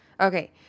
Okay